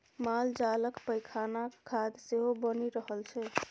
मालजालक पैखानाक खाद सेहो बनि रहल छै